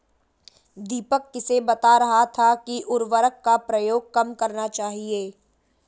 दीपक किसे बता रहा था कि उर्वरक का प्रयोग कम करना चाहिए?